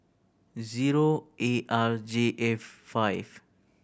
zero A R J F five